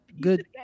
good